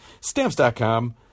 Stamps.com